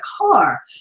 car